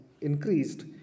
increased